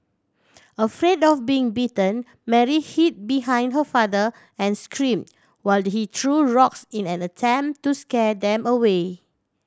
afraid of being bitten Mary hid behind her father and scream while he threw rocks in an attempt to scare them away